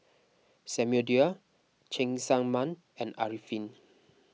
Samuel Dyer Cheng Tsang Man and Arifin